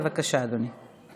בבקשה, אדוני.